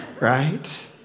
right